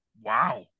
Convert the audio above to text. wow